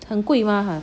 很贵吗哈